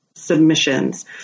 Submissions